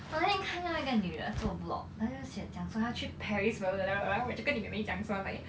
我那天看到一个女的做 vlog 她有写讲说她去 paris wherever right then 我就跟你妹妹讲说 like eh